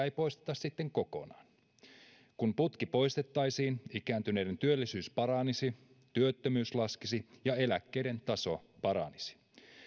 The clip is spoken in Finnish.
ei poisteta sitten kokonaan kun putki poistettaisiin ikääntyneiden työllisyys paranisi työttömyys laskisi ja eläkkeiden taso paranisi